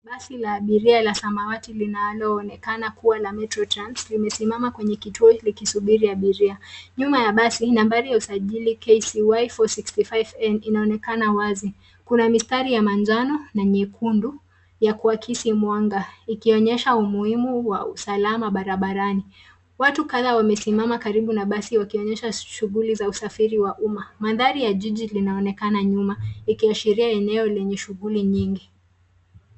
Basi la abiria la samawati linaloonekana kuwa la Metro Trans, limesimama kwenye kituo likisubiri abiria. Nyuma ya basi, nambari ya usajili KCY 465N inaonekana wazi. Kuna mistari ya manjano na nyekundu ya kuakisi mwanga, ikionyesha umuhimu wa usalama barabarani. Watu kadha wamesimama karibu na basi wakionyesha shughuli za usafiri wa umma. Mandhari ya jiji linaonekana nyuma, ikiashiria eneo lenye shughuli nyingi.